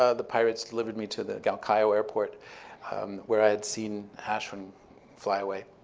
ah the pirates delivered me to the galkayo airport where i had seen ashwin fly away